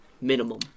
minimum